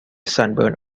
sunburn